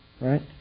Right